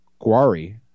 Guari